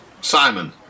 Simon